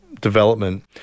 development